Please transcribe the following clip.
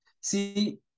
See